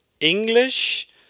English